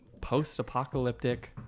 post-apocalyptic